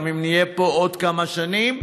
גם אם נהיה פה עוד כמה שנים,